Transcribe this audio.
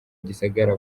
gisagara